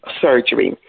surgery